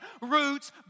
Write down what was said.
roots